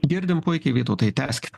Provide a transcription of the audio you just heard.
girdim puikiai vytautai tęskit